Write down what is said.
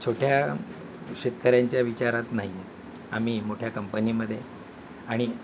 छोट्या शेतकऱ्यांच्या विचारात नाही आम्ही मोठ्या कंपनीमध्ये आणि